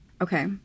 okay